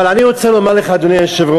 אבל אני רוצה לומר לך, אדוני היושב-ראש,